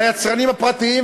ליצרנים הפרטיים,